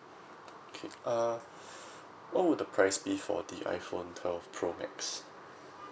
okay uh what would the price be for the iphone twelve pro max